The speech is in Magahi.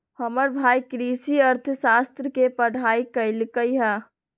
हमर भाई कृषि अर्थशास्त्र के पढ़ाई कल्कइ ह